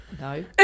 No